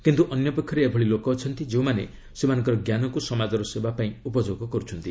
କିନ୍ତୁ ଅନ୍ୟପକ୍ଷରେ ଏଭଳି ଲୋକ ଅଛନ୍ତି ଯେଉଁମାନେ ସେମାନଙ୍କର ଜ୍ଞାନକୁ ସମାଜର ସେବା ପାଇଁ ଉପଯୋଗ କରୁଛନ୍ତି